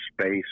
space